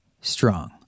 strong